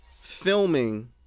filming